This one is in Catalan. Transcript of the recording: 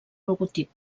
logotip